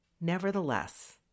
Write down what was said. Nevertheless